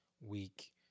week